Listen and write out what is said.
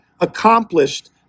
accomplished